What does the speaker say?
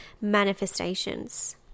manifestations